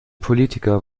politiker